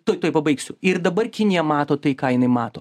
tuoj tuoj pabaigsiu ir dabar kinija mato tai ką jinai mato